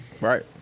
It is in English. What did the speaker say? Right